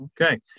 Okay